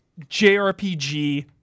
JRPG